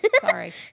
sorry